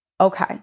Okay